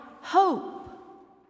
hope